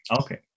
Okay